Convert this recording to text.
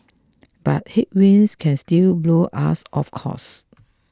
but headwinds can still blow us off course